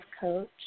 coach